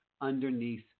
underneath